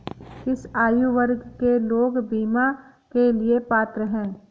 किस आयु वर्ग के लोग बीमा के लिए पात्र हैं?